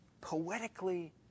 poetically